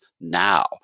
now